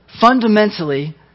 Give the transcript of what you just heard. fundamentally